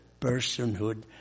personhood